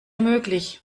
möglich